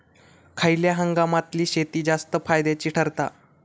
खयल्या हंगामातली शेती जास्त फायद्याची ठरता?